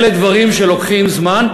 אלה דברים שלוקחים זמן,